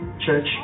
church